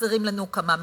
חסרים לנו כמה מיליארדים.